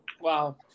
wow